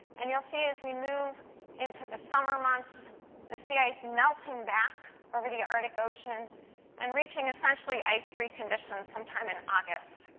and you will see as we move into the summer months the sea ice melting back over the arctic ocean and reaching essentially ice free conditions sometime in august.